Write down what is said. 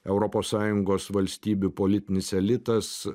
europos sąjungos valstybių politinis elitas